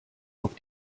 auf